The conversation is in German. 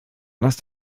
lass